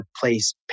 place